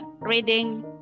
reading